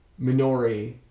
Minori